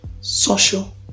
social